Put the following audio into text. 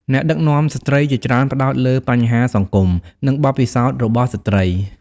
អ្នកដឹកនាំស្ត្រីជាច្រើនផ្តោតលើបញ្ហាសង្គម និងបទពិសោធន៍របស់ស្ត្រី។